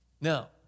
Now